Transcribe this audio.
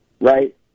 right